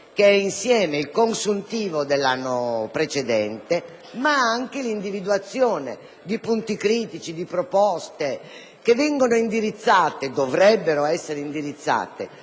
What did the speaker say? stesso tempo il consuntivo dell'anno precedente ma anche l'individuazione di punti critici e di proposte che vengono, o dovrebbero, essere indirizzate